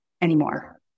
anymore